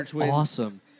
awesome